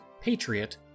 Patriot